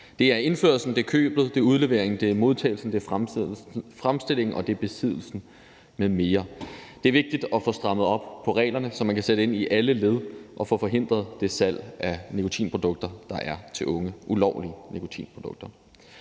det er udleveringen, det er modtagelsen, det er fremstillingen, og det er besiddelsen m.m. Det er vigtigt at få strammet op på reglerne, så man kan sætte ind i alle led og få forhindret det salg af ulovlige nikotinprodukter, der er til unge. Samtidig indeholder